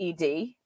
ED